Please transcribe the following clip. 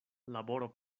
laboro